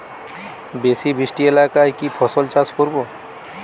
বেশি বৃষ্টি এলাকায় কি ফসল চাষ করব?